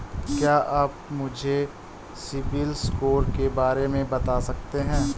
क्या आप मुझे सिबिल स्कोर के बारे में बता सकते हैं?